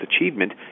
achievement